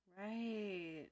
Right